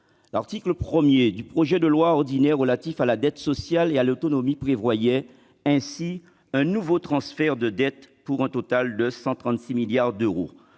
L'article 1 du projet de loi ordinaire relatif à la dette sociale et à l'autonomie prévoyait ainsi un nouveau transfert de dette pour un total de 136 milliards d'euros